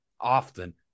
often